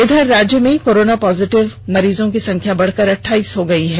इधर राज्य में कोरोना पॉजिटिव मरीजों की संख्या बढ़कर अट्टाइस हो गई है